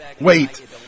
Wait